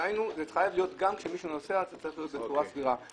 דהיינו גם כשמישהו נוסע זה צריך להיות בצורה סבירה,